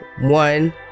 one